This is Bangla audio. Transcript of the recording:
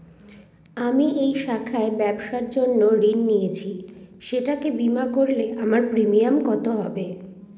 আমি এই শাখায় ব্যবসার জন্য ঋণ নিয়েছি সেটাকে বিমা করলে আমার প্রিমিয়াম কত হবে?